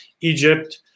Egypt